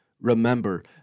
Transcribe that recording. remember